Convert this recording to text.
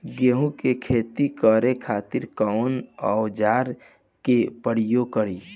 गेहूं के खेती करे खातिर कवन औजार के प्रयोग करी?